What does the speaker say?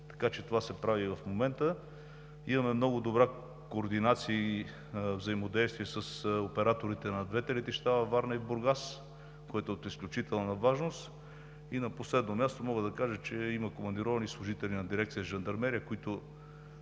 Това се прави и в момента. Имаме много добра координация и взаимодействие с операторите на двете летища във Варна и Бургас, което е от изключителна важност. На последно място мога да кажа, че има командировани служители на дирекция „Жандармерия“, които